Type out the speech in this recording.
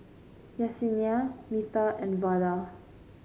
Yessenia Metha and Vada